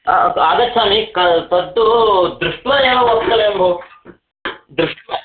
आ आगच्छामि किं तत्तु दृष्ट्वा एव वक्तव्यं भो दृष्ट्वा